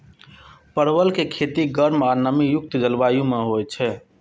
परवल के खेती गर्म आ नमी युक्त जलवायु मे होइ छै